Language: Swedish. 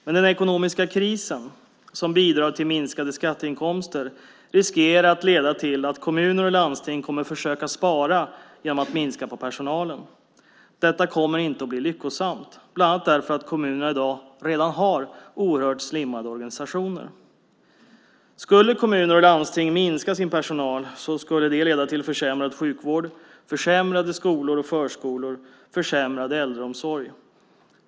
Den ekonomiska krisen, som bidrar till minskade skatteinkomster, riskerar att leda till att kommuner och landsting kommer att försöka spara genom att minska på personalen. Detta kommer inte att bli lyckosamt, bland annat därför att kommunerna redan i dag har oerhört slimmade organisationer. Skulle kommuner och landsting minska sin personal skulle det leda till försämrad sjukvård, försämrade skolor och förskolor och försämrad äldreomsorg.